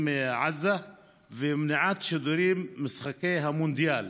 מעזה ומניעת שידורים של משחקי המונדיאל,